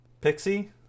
Pixie